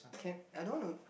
can I don't want to